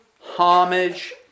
homage